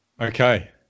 okay